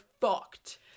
fucked